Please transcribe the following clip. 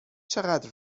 چقدر